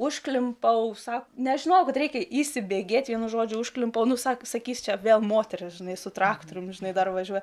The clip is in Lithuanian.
užklimpau sako nežinojau kad reikia įsibėgėti vienu žodžiu užklimpau nusako sakys čia vėl moterys žinai su traktoriumi žinai dar važiuoti